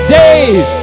days